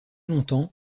longtemps